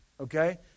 Okay